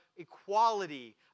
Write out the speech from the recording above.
equality